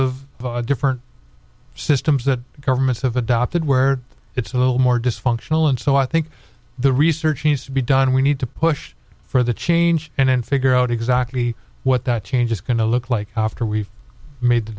of different systems that governments have adopted where it's a little more dysfunctional and so i think the research needs to be done we need to push for the change and figure out exactly what that change is going to look like after we've made the